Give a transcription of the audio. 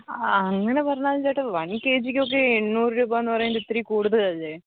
ആ അങ്ങനെ പറഞ്ഞാലും ചേട്ടാ വൺ കെ ജി ക്ക് ഒക്കെ എണ്ണൂറു രൂപ എന്ന് പറയുന്നത് ഇത്തിരി കൂടുതലല്ലേ